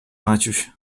maciuś